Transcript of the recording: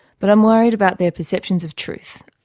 but i'm worried about their perceptions of truth.